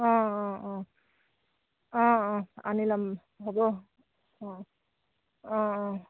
অঁ অঁ অঁ অঁ অঁ আনি ল'ম হ'ব অঁ অঁ অঁ